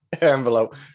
envelope